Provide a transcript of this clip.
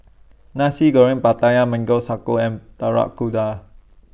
Nasi Goreng Pattaya Mango Sago and Kuda